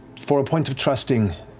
for a point of trusting,